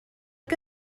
que